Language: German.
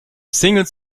singles